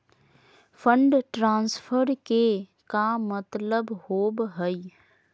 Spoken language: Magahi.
फंड ट्रांसफर के का मतलब होव हई?